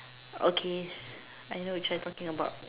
okay I know which one you talking about